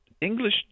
English